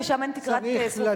ושם אין תקרת זכוכית,